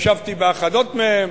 ישבתי באחדות מהן,